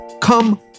Come